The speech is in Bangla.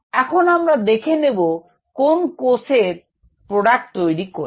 এখন আমরা দেখে নেব কোন কোষ থেকে প্রোডাক্ট তৈরি করবে